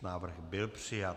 Návrh byl přijat.